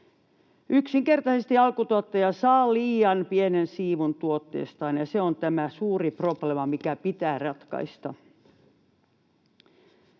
yksinkertaisesti liian pienen siivun tuotteestaan, ja se on tämä suuri probleema, mikä pitää ratkaista.